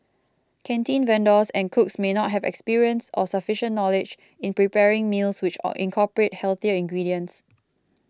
canteen vendors and cooks may not have experience or sufficient knowledge in preparing meals which incorporate healthier ingredients